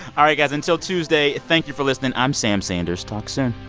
all right, guys. until tuesday, thank you for listening. i'm sam sanders. talk soon